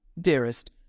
dearest